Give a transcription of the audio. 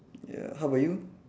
ya how about you